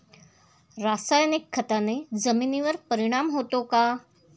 रासायनिक खताने जमिनीवर परिणाम होतो का?